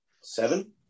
seven